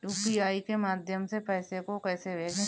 UPI के माध्यम से पैसे को कैसे भेजें?